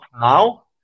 now